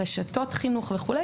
רשתות החינוך וכו',